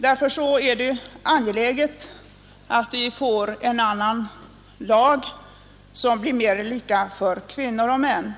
Därför är det angeläget att vi får en annan lag som blir mer lika för kvinnor och män.